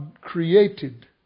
created